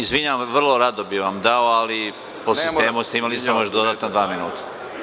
Izvinjavam se, vrlo rado bih vam dao, ali po sistemu ste imali samo još dodatno dva minuta.